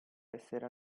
essere